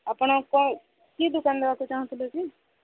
ଆପଣ କେଉଁ କି ଦୋକାନ ଦେବାକୁ ଚାହୁଁଥିଲେ କି